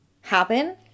happen